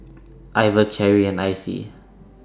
Iver Carri and Icey